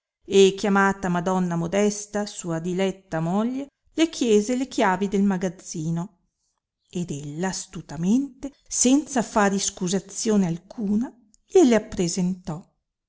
e chiamata madonna modesta sua diletta moglie le chiese le chiavi del magazzino ed ella astutamente senza far iscusazione alcuna gliele appresentò